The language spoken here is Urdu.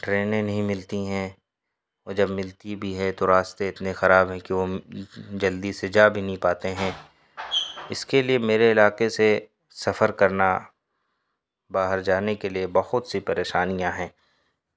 ٹرینیں نہیں ملتی ہیں اور جب ملتی بھی ہے تو راستے اتنے خراب ہے کہ وہ جلدی سے جا بھی نہیں پاتے ہیں اس کے لیے میرے علاقے سے سفر کرنا باہر جانے کے لیے بہت سی پریشانیاں ہیں